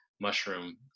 mushroom